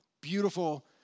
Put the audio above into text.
Beautiful